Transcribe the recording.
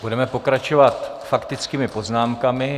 Budeme pokračovat faktickými poznámkami.